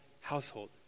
household